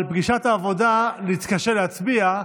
על פגישת העבודה נתקשה להצביע,